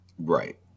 Right